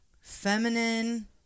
feminine